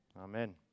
Amen